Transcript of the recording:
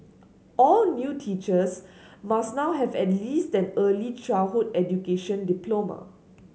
all new teachers must now have at least an early childhood education diploma